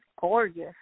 gorgeous